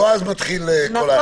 לא אז מתחיל כל ההליך.